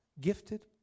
gifted